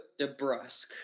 Debrusque